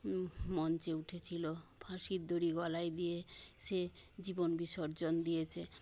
মঞ্চে উঠেছিল ফাঁসির দড়ি গলায় দিয়ে সে জীবন বিসর্জন দিয়েছে